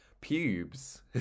Pubes